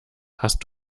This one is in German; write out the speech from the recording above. hast